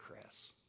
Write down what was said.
Chris